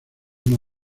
una